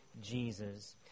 Jesus